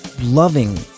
loving